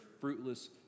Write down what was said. fruitless